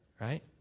Right